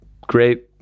great